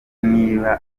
niba